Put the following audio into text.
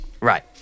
Right